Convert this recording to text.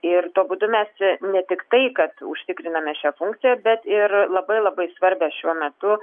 ir tuo būdu mes ne tiktai kad užtikriname šią funkciją bet ir labai labai svarbią šiuo metu